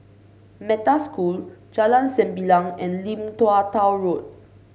Metta School Jalan Sembilang and Lim Tua Tow Road